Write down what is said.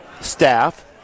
staff